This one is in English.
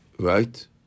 Right